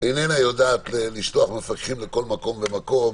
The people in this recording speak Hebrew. איננה יודעת לשלוח מפקחים לכל מקום ומקום.